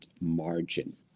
margin